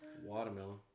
Watermelon